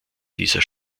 dieser